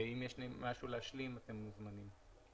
אם יש משהו להשלים, בבקשה.